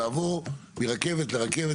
לעבור מרכבת לרכבת,